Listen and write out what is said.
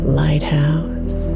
lighthouse